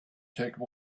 take